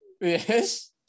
Yes